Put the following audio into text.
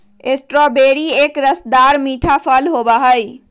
strawberry एक रसदार मीठा फल होबा हई